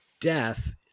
death